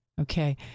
Okay